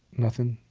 nothing.